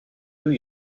new